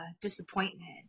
disappointment